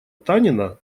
танина